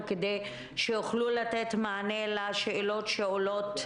כדי שיוכלו לתת מענה לשאלות שעולות.